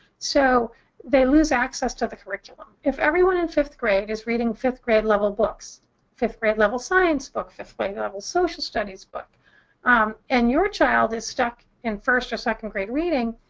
so they lose access to the curriculum. if everyone in fifth grade is reading fifth grade level books fifth grade level science book, fifth grade level social studies book and your child is stuck in first or second grade reading,